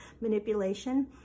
manipulation